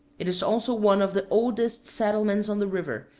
it is also one of the oldest settlements on the river,